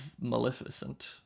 Maleficent